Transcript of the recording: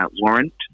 warrant